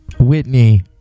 Whitney